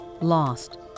lost